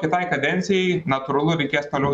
kitai kadencijai natūralu reikės toliau